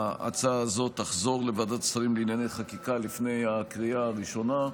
ההצעה הזו תחזור לוועדת שרים לענייני חקיקה לפני הקריאה הראשונה.